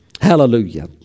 Hallelujah